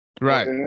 Right